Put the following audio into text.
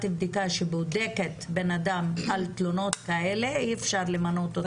בדיקה שבודקת בן-אדם על תלונות כאלה אי אפשר למנות אותו